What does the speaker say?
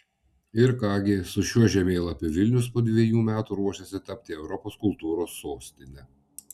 ir ką gi su šiuo žemėlapiu vilnius po dviejų metų ruošiasi tapti europos kultūros sostine